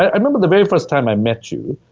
i remember the very first time i met you,